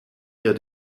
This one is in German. ihr